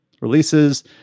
releases